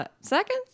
second